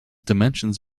dimensions